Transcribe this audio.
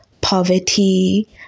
poverty